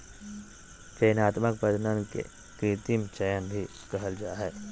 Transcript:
चयनात्मक प्रजनन के कृत्रिम चयन भी कहल जा हइ